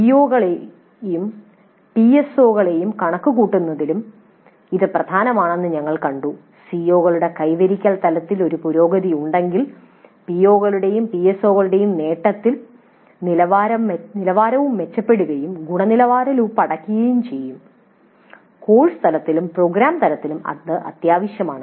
പിഒകളെയും പിഎസ്ഒകളെയും കണക്കുകൂട്ടുന്നതിലും ഇത് പ്രധാനമാണെന്ന് ഞങ്ങൾ കണ്ടു സിഒകളുടെ കൈവരിക്കൽ തലത്തിൽ ഒരു പുരോഗതി ഉണ്ടെങ്കിൽ പിഒകളുടെയും പിഎസ്ഒകളുടെയും നേട്ടത്തിന്റെ നിലവാരവും മെച്ചപ്പെടുകയും ഗുണനിലവാര ലൂപ്പ് അടയ്ക്കുകയും ചെയ്യുന്നത് കോഴ്സ് തലത്തിലും പ്രോഗ്രാം തലത്തിലും അത്യാവശ്യമാണ്